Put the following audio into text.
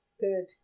Good